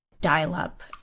dial-up